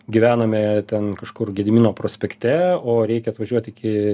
gyvename ten kažkur gedimino prospekte o reikia atvažiuot iki